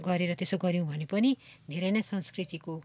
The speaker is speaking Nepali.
गरेर त्यसो गर्यौँ भने पनि धेरै नै संस्कृतिको हो